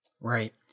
Right